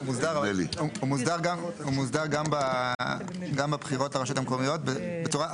הוא מוסדר גם בבחירות לרשויות המקומיות בצורה,